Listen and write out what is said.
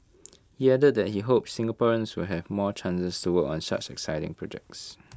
he added that he hopes Singaporeans will have more chances to work on such exciting projects